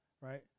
right